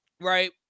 Right